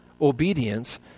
obedience